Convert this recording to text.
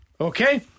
Okay